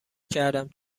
کردم